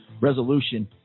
resolution